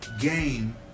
game